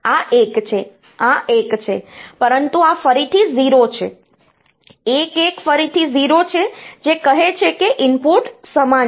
આ એક છે આ એક છે પરંતુ આ ફરીથી 0 છે 1 1 ફરીથી 0 છે જે કહે છે કે ઇનપુટ્સ સમાન છે